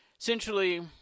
essentially